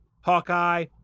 hawkeye